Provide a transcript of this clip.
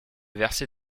verser